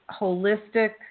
holistic